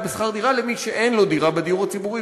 בשכר דירה למי שאין לו דירה בדיור הציבורי,